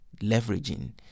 leveraging